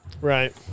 Right